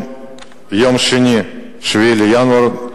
ביום שני, 7 בפברואר,